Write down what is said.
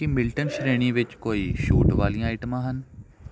ਕੀ Milton ਸ਼੍ਰੇਣੀ ਵਿੱਚ ਕੋਈ ਛੂਟ ਵਾਲੀਆਂ ਆਈਟਮਾਂ ਹਨ